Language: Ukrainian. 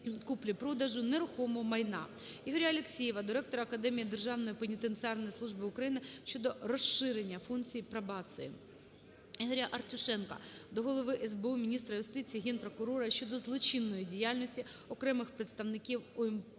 купівлі-продажу нерухомого майна. Ігоря Алексєєва до ректора Академії Державної пенітенціарної служби щодо розширення функційпробації. ІгоряАртюшенка до Голови СБУ, міністра юстиції, Генпрокурора щодо злочинної діяльності окремих представників УПЦ